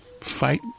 fight